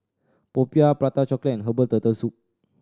popiah Prata Chocolate and herbal Turtle Soup